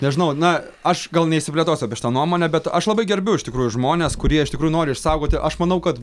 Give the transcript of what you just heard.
nežinau na aš gal neišsiplėtosiu apie šitą nuomonę bet aš labai gerbiu iš tikrųjų žmones kurie iš tikrųjų nori išsaugoti aš manau kad